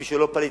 ומי שלא פליט,